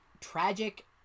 tragic